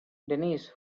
denise